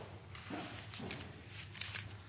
nei